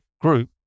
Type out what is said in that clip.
group